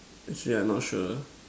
actually I not sure